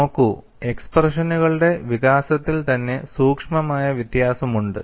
നോക്കൂ എക്സ്പ്രഷനുകളുടെ വികാസത്തിൽ തന്നെ സൂക്ഷ്മമായ വ്യത്യാസമുണ്ട്